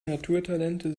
naturtalente